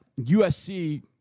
USC